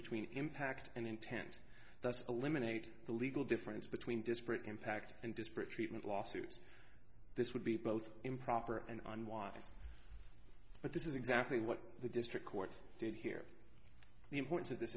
between impact and intent that's eliminate the legal difference between disparate impact and disparate treatment lawsuits this would be both improper and unwise but this is exactly what the district court did hear the importance of this